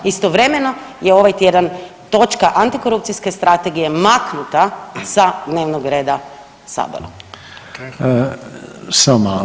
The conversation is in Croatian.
Istovremeno je ovaj tjedan točka antikorupcijske strategije maknuta sa dnevnog reda Sabora.